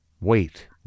Wait